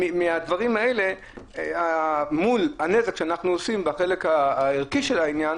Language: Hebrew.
מהדברים האלה מול הנזק שאנחנו עושים בחלק הערכי של העניין